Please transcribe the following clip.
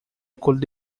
could